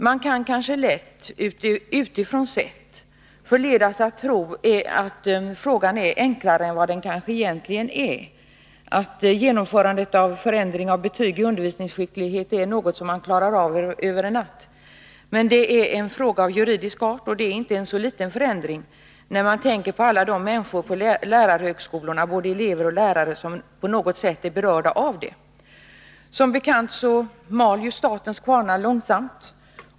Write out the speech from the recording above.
Man kan kanske lätt, utifrån sett, förledas att tro att frågan är enklare än den egentligen är — att genomförandet av en förändring av betyg i undervisningsskicklighet är något som klaras av över en natt. Men detta är en fråga av juridisk art, och förändringen är inte så liten. Det förstår man om man tänker på alla de människor på lärarhögskolorna — både elever och lärare — som på något sätt är berörda av den. Som bekant mal statens kvarnar långsamt.